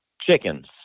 chickens